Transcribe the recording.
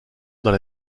dans